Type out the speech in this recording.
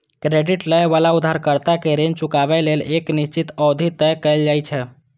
credit लए बला उधारकर्ता कें ऋण चुकाबै लेल एक निश्चित अवधि तय कैल जाइ छै